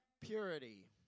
purity